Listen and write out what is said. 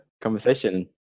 conversation